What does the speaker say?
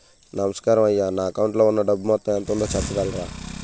నమస్కారం అయ్యా నా అకౌంట్ లో ఉన్నా డబ్బు మొత్తం ఎంత ఉందో చెప్పగలరా?